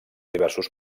diversos